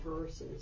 verses